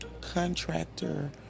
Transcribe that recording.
contractor